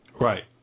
Right